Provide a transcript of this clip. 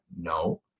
No